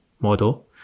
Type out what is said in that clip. model